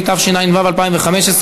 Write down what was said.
התשע"ו 2015,